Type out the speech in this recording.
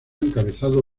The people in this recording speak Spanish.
encabezado